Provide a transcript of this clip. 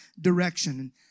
direction